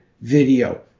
video